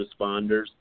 responders